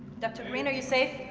dr. green, are you safe?